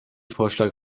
vorschlag